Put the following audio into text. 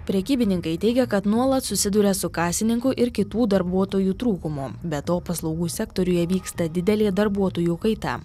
prekybininkai teigia kad nuolat susiduria su kasininkų ir kitų darbuotojų trūkumu be to paslaugų sektoriuje vyksta didelė darbuotojų kaita